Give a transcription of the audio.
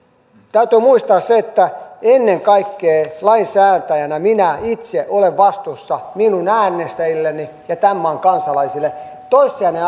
täytyy muistaa se että ennen kaikkea lainsäätäjänä minä itse olen vastuussa minun äänestäjilleni ja tämän maan kansalaisille toissijainen